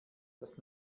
dass